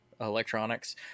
electronics